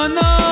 no